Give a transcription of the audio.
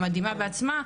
המדהימה בעצמה,